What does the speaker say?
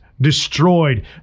destroyed